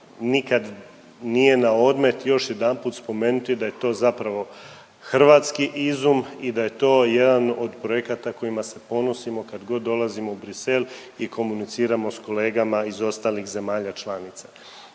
nikad nije naodmet još jedanput spomenuti da je to zapravo hrvatski izum i da je to jedan od projekata kojima se ponosimo kad god dolazimo u Bruxelles i komuniciramo s kolegama iz ostalih zemalja članica.